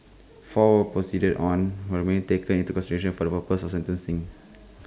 four were proceeded on when main taken into consideration for the purposes of sentencing